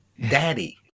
daddy